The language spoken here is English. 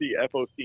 FOC